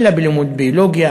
אלא בלימוד ביולוגיה,